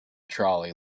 trolley